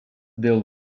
dėl